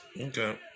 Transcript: Okay